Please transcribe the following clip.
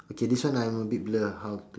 okay this one I'm be blur how to